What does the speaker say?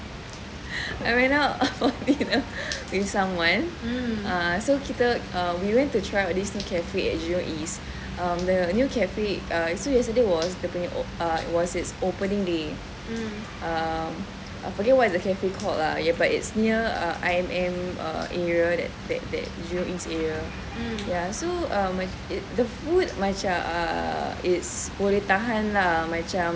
I went out for dinner with someone so kita err we went to try out this cafe at jurong east um the new cafe ah so yesterday dia punya uh it was its opening day um I forget what is the cafe called lah ya but it's near err I_M_M area that that that jurong east area ya so uh when the food macam uh it's boleh tahan lah macam